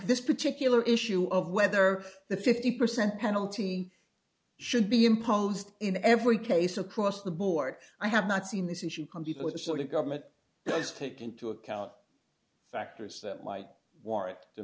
this particular issue of whether the fifty percent penalty should be imposed in every case across the board i have not seen this issue come before the sort of government does take into account factors that might warrant to